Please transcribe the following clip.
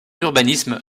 urbanisme